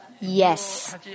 yes